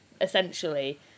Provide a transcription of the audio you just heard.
essentially